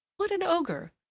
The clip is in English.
what an ogre!